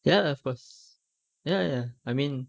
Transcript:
ya of course ya ya I mean